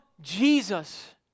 Jesus